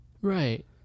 Right